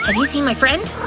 ah you seen my friend?